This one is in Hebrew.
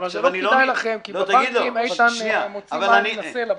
אבל זה לא כדאי לכם כי בבנקים איתן מוציא מים מהסלע בסוף.